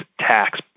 tax